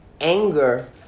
anger